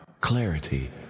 clarity